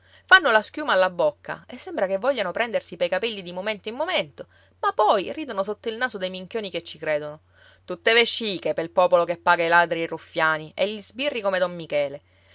fanno la schiuma alla bocca e sembra che vogliano prendersi pei capelli di momento in momento ma poi ridono sotto il naso dei minchioni che ci credono tutte vesciche pel popolo che paga i ladri e i ruffiani e gli sbirri come don michele